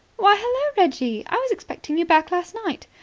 why, hullo, reggie. i was expecting you back last night.